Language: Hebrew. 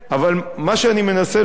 אבל מה שאני מנסה לומר,